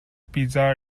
pizza